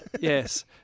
Yes